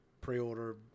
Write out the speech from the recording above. pre-order